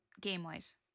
game-wise